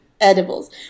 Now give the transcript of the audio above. Edibles